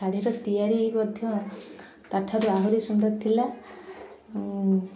ଶାଢ଼ୀର ତିଆରି ମଧ୍ୟ ତାଠାରୁ ଆହୁରି ସୁନ୍ଦର ଥିଲା